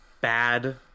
bad